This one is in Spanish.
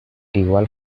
igual